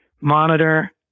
monitor